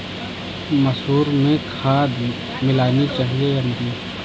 मसूर में खाद मिलनी चाहिए या नहीं?